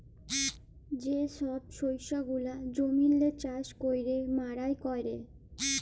যে ছব শস্য গুলা জমিল্লে চাষ ক্যইরে মাড়াই ক্যরে